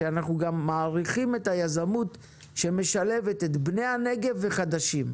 כשאנחנו גם מעריכים את היזמות שמשלבת את בני הנגב וחדשים.